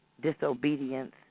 disobedience